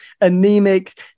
anemic